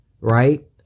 right